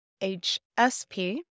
HSP